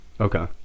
okay